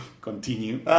continue